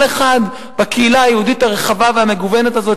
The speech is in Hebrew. אחד בקהילה היהודית הרחבה והמגוונת הזאת,